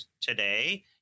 today